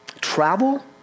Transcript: travel